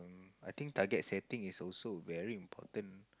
I think target setting is also very important